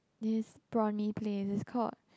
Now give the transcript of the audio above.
this prawn mee place is called